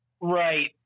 Right